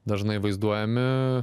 dažnai vaizduojami